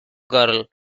girl